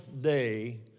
Day